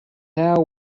now